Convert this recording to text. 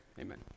amen